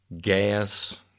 gas